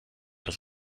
das